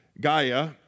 Gaia